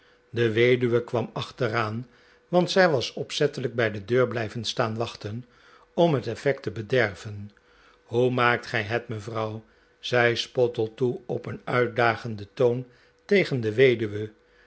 de weduwe kwam achteraan want zij was opzettelijk bij de deur blijven staan wachten om het effect te bedefven hoe maakt gij het mevrouw zei spottletoe op een uitdagenden toon tegen de weduwe